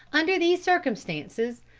under these circumstances,